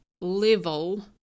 level